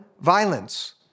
violence